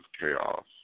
chaos